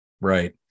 Right